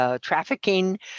trafficking